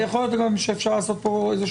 יכול להיות שאפשר גם לעשות פה מדרג.